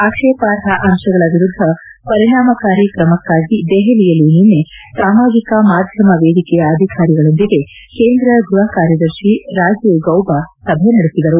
ಆಕ್ಷೇಪಾರ್ಹ ಅಂಶಗಳ ವಿರುದ್ದ ಪರಿಣಾಮಕಾರಿ ಕ್ರಮಕ್ಕಾಗಿ ದೆಹಲಿಯಲ್ಲಿ ನಿನ್ನೆ ಸಾಮಾಜಿಕ ಮಾಧ್ಯಮ ವೇದಿಕೆಯ ಅಧಿಕಾರಿಗಳೊಂದಿಗೆ ಕೇಂದ್ರ ಗ್ಬಹ ಕಾರ್ಯದರ್ಶಿ ರಾಜೀವ್ ಗೌಬಾ ಸಭೆ ನಡೆಸಿದರು